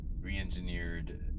re-engineered